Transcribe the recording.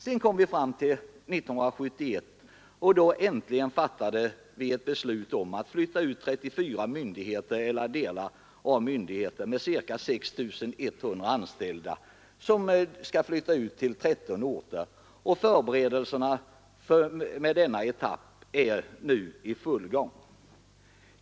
Så kom vi fram till år 1971 och då äntligen fattades beslut om att flytta ut 34 myndigheter eller delar av myndigheter med ca 6 100 anställda. De skall flytta ut till 13 orter. Förberedelsearbetet med denna etapp är nu i full gång.